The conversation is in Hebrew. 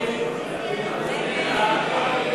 הצעת סיעת העבודה להביע